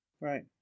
right